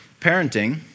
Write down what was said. parenting